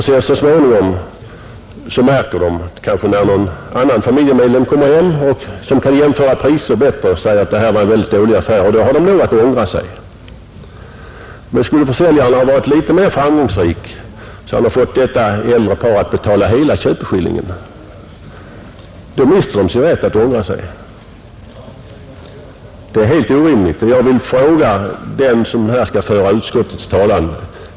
Så småningom märker de — kanske när någon annan familjemedlem, som har större möjligheter att jämföra priser, kommer hem — att det var en väldigt dålig affär. De har då rätt att ångra sig. Men skulle försäljaren ha varit litet mera framgångsrik, så att han fått detta äldre par att betala hela köpeskillingen, mister de sin rätt att ångra sig. Det är helt orimligt, och jag vill ställa två frågor till den som här skall föra utskottets talan.